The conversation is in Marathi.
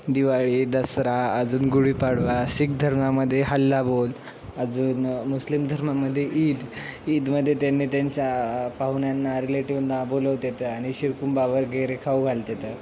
दिवाळी दसरा अजून गुडीपाडवा सिख धर्मामध्ये हल्ला बोल अजून मुस्लिम धर्मामध्ये ईद ईदमध्ये त्यांनी त्यांच्या पाहुण्यांना रिलेटिवना बोलवतातं आणि शीरखुर्मा वगेरे खाऊ घालतातं